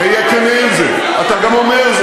זו לא הבעיה.